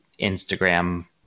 Instagram